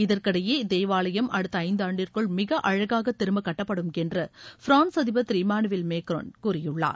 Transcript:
இதற்கிடையே இத்தேவாலயம் அடுத்த ஐந்தாண்டிற்குள் மிக அழகாக திரும்ப கட்டப்படும் என்று பிரான்ஸ் அதிபர் திரு இமானுவேல் மேக்ரான் கூறியுள்ளார்